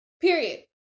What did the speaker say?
period